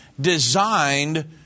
designed